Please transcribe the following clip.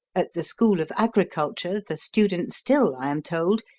at the school of agriculture the students still, i am told,